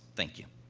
thank you.